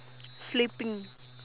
sleeping